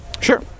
Sure